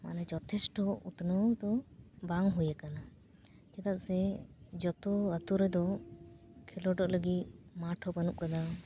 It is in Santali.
ᱢᱟᱱᱮ ᱡᱚᱛᱷᱮᱥᱴᱚ ᱩᱛᱱᱟᱹᱣ ᱫᱚ ᱵᱟᱝ ᱦᱩᱭ ᱠᱟᱱᱟ ᱪᱮᱫᱟᱜ ᱥᱮ ᱡᱚᱛᱚ ᱟᱹᱛᱩ ᱨᱮᱫᱚ ᱠᱷᱮᱞᱳᱰᱚᱜ ᱞᱟᱹᱜᱤᱫ ᱢᱟᱴᱷ ᱦᱚᱸ ᱵᱟᱱᱩᱜ ᱟᱠᱟᱫᱟ